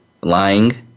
lying